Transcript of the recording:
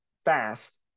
fast